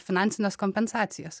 finansines kompensacijas